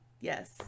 yes